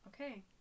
okay